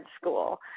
school